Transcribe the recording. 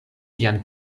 sian